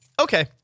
Okay